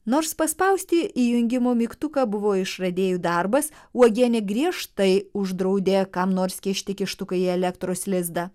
nors paspausti įjungimo mygtuką buvo išradėjų darbas uogienė griežtai uždraudė kam nors kišti kištuką į elektros lizdą